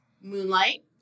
Moonlight